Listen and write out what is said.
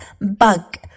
bug